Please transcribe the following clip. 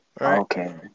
Okay